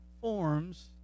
forms